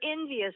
envious